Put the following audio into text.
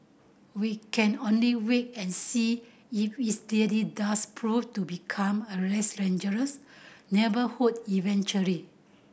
we can only wait and see if its really does prove to become a less dangerous neighbourhood eventually